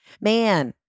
Man